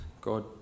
God